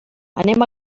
anem